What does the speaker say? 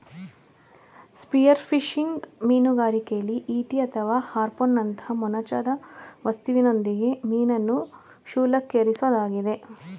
spearfishing ಮೀನುಗಾರಿಕೆಲಿ ಈಟಿ ಅಥವಾ ಹಾರ್ಪೂನ್ನಂತ ಮೊನಚಾದ ವಸ್ತುವಿನೊಂದಿಗೆ ಮೀನನ್ನು ಶೂಲಕ್ಕೇರಿಸೊದಾಗಿದೆ